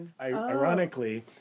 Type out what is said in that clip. Ironically